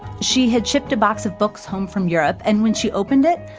she had shipped a box of books home from europe, and when she opened it,